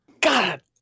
God